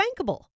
bankable